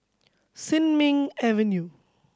Sin Ming Avenue